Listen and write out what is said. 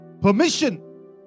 permission